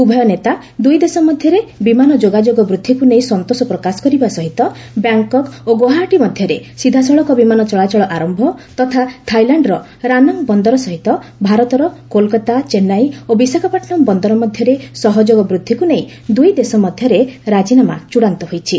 ଉଭୟ ନେତା ଦୁଇଦେଶ ମଧ୍ୟରେ ବିମାନ ଯୋଗାଯୋଗ ବୃଦ୍ଧିକୁ ନେଇ ସନ୍ତୋଷ ପ୍ରକାଶ କରିବା ସହିତ ବ୍ୟାଙ୍ଗକକ୍ ଓ ଗୁଆହାଟୀ ମଧ୍ୟରେ ସିଧାସଳଖ ବିମାନ ଚଳାଚଳ ଆରମ୍ଭ ତଥା କୋଲକାତାଚେନ୍ନାଇ ଓ ବିଶାଖାପାଟନ୍ମ ବନ୍ଦର ମଧ୍ୟରେ ସହଯୋଗ ବୃଦ୍ଧିକୁ ନେଇ ଦୁଇଦେଶ ମଧ୍ୟରେ ରାଜିନାମା ଚୂଡାନ୍ତ ହୋଇଛି